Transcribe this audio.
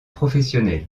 professionnel